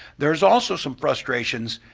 there's also some frustrations,